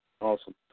Awesome